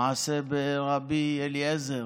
מעשה ברבי אליעזר,